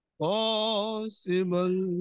possible